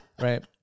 Right